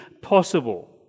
possible